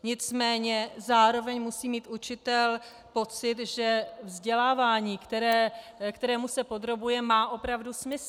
Nicméně zároveň musí mít učitel pocit, že vzdělávání, kterému se podrobuje, má opravdu smysl.